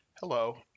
Hello